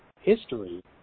history